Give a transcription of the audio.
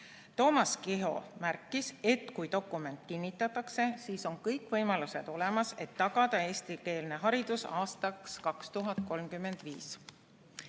Toomas Kiho märkis, et kui dokument kinnitatakse, siis on kõik võimalused olemas tagada eestikeelne haridus aastaks 2035.